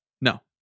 No